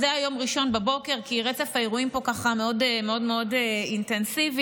כי רצף האירועים פה מאוד מאוד אינטנסיבי,